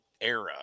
era